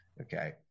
Okay